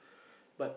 but